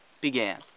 began